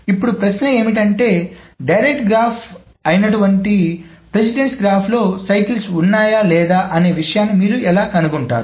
ఇప్పుడు ప్రశ్న ఏమిటంటే డైరెక్ట్డ్ గ్రాఫ్ అయినటువంటి ప్రాధాన్యత గ్రాఫ్లో చక్రాలు ఉన్నాయా లేదా అనే విషయాన్ని మీరు ఎలా కనుగొంటారు